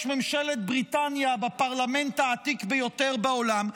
ממשלת בריטניה בפרלמנט העתיק ביותר בעולם,